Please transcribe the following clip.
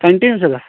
continue چھا گژَھان